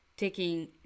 Taking